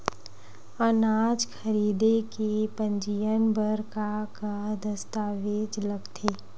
अनाज खरीदे के पंजीयन बर का का दस्तावेज लगथे?